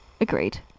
Agreed